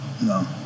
no